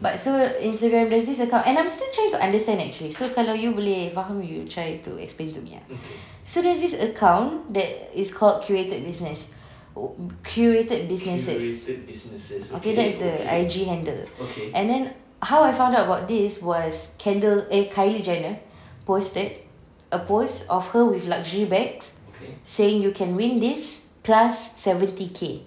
but so instagram there's this account and I'm still trying to understand actually so kalau you boleh faham you boleh try to explain to me ah so there's this account that is called curated business curated businesses okay that's the I_G handle how I found out about this was kendall eh kylie jenner posted a post of her with luxury bags saying you can win this plus seventy K